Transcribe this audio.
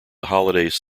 holidays